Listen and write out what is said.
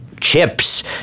chips